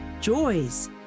joys